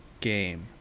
game